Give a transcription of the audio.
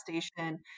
station